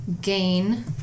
gain